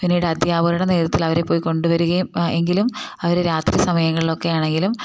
പിന്നീട് അധ്യാപകരുടെ നേതൃത്വത്തിൽ അവരെ പോയി കൊണ്ടു വരികയും എങ്കിലും അവർ രാത്രി സമയങ്ങളിലൊക്കെ ആണെങ്കിലും